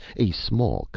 a small,